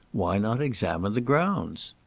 why not examine the grounds?